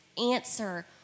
answer